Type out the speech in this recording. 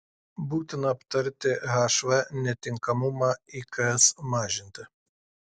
būtina aptarti hv netinkamumą iks mažinti